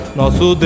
nosso